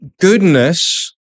goodness